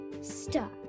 Star